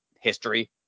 history